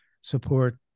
support